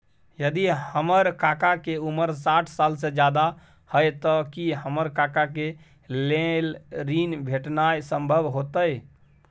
यदि हमर काका के उमर साठ साल से ज्यादा हय त की हमर काका के लेल ऋण भेटनाय संभव होतय?